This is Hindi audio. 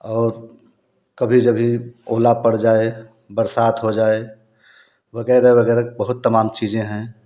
और कभी जभी ओला पड़ जाए बरसात हो जाए वगैरह वगैरह बहुत तमाम चीज़ें है